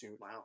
wow